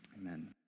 Amen